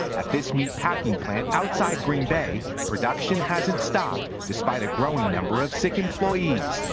at this meat packing plant outside green bay, production hasn't stopped despite a growing number of sick employees.